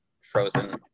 frozen